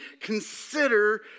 consider